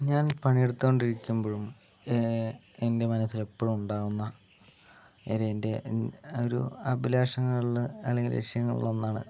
ഞാൻ പണി എടുത്തോണ്ടിരിക്കുമ്പോഴും എൻ്റെ മനസ്സിലെപ്പോഴും ഉണ്ടാവുന്ന എൻ്റെ ഒരു അഭിലാഷങ്ങളിൽ അല്ലെങ്കിൽ ലക്ഷ്യങ്ങളിലൊന്നാണ്